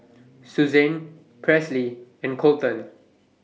Susanne Presley and Colton